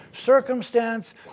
circumstance